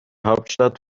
hauptstadt